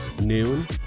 noon